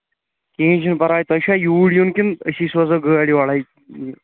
کِہیٖنٛۍ چھُ نہٕ پَرواے تۄہہِ چھا یوٗرۍ یُن کِنہٕ أسی سوزو گاڑۍ یورے